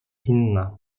inna